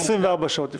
24 שעות לפני.